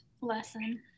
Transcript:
lesson